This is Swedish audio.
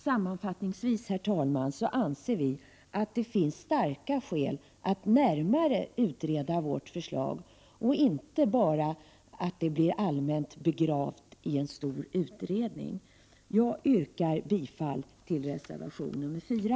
Sammanfattningsvis, herr talman, anser vi att det finns starka skäl att närmare utreda vårt förslag, så att det inte bara blir begravt i en stor utredning. Jag yrkar bifall till reservation 4.